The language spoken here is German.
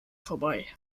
vorbei